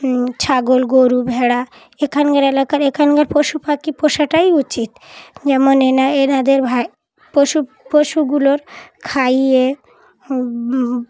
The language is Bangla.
ছাগল গরু ভেড়া এখানকার এলাকার এখানকার পশু পাখি পোষাটাই উচিত যেমন এনা এনাদের ভাই পশু পশুগুলোর খাইয়ে